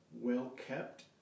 well-kept